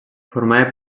formava